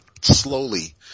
slowly